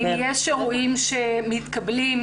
אם יש אירועים שמתקבלים,